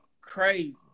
crazy